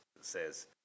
says